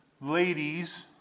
ladies